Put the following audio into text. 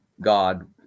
God